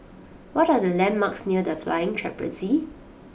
what are the landmarks near The Flying Trapeze